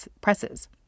presses